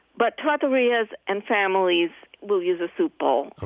but trattorias and families will use a soup bowl,